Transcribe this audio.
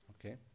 Okay